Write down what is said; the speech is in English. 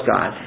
God